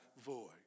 void